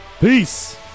Peace